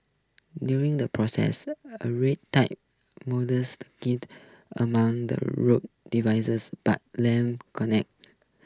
during the process a read die the amount the road dividers but Lam connect